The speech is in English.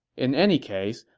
in any case,